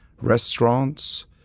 restaurants